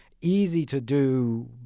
easy-to-do